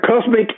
Cosmic